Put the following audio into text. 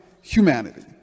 humanity